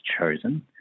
chosen